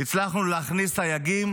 הצלחנו להכניס סייגים